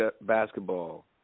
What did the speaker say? basketball